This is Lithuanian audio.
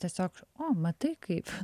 tiesiog o matai kaip